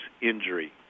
injury